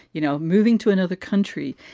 you know, moving to another country,